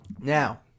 Now